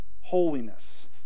holiness